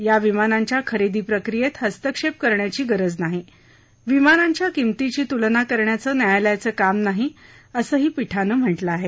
या विमानांच्या खरेदी प्रक्रियेत हस्तक्षेप करण्याची गरज नाही विमानांच्या किमतींची तुलना करण्याचं न्यायालयाचं काम नाही असंही पीठानं म्हटलं आहे